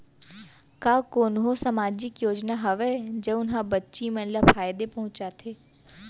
का कोनहो सामाजिक योजना हावय जऊन हा बच्ची मन ला फायेदा पहुचाथे?